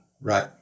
Right